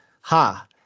Ha